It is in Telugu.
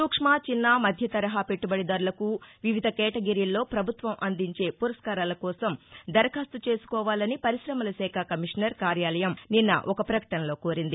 సూక్ష్మ చిన్న మధ్యతరహా పెట్టుబడిదారులకు వివిధ కేటగిరీల్లో ప్రభుత్వం అందించే పురస్కారాల కోసం దరఖాస్తు చేసుకోవాలని పరిశమలశాఖ కమిషనర్ కార్యాలయం నిన్న ఒక ప్రకటనలో కోరింది